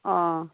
অঁ